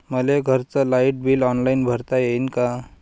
मले घरचं light bill online भरता येईन का?